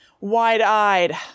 wide-eyed